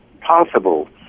possible